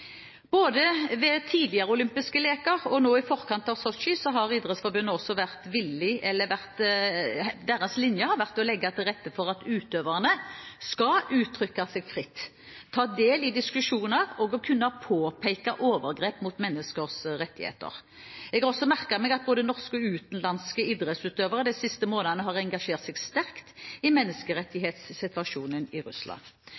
Både ved tidligere olympiske leker og nå i forkant av Sotsji har Idrettsforbundets linje vært å legge til rette for at utøverne skal kunne uttrykke seg fritt, ta del i diskusjoner og kunne påpeke overgrep mot menneskers rettigheter. Jeg har også merket meg at både norske og utenlandske idrettsutøvere de siste månedene har engasjert seg sterkt i menneskerettighetssituasjonen i Russland.